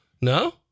No